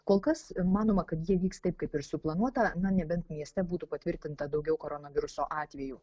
kol kas manoma kad jie vyks taip kaip ir suplanuota na nebent mieste būtų patvirtinta daugiau koronaviruso atvejų